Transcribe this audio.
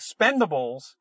Expendables